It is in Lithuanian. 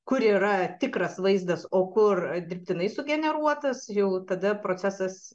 kur yra tikras vaizdas o kur dirbtinai sugeneruotas jau tada procesas